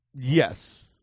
Yes